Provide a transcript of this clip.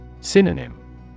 Synonym